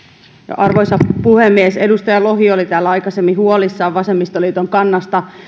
arvoisa puhemies edustaja lohi oli täällä aikaisemmin huolissaan vasemmistoliiton kannasta